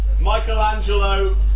Michelangelo